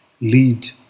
lead